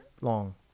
long